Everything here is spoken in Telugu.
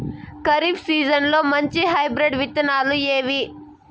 ఖరీఫ్ సీజన్లలో మంచి హైబ్రిడ్ విత్తనాలు ఏవి